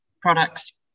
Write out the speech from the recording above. products